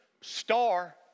star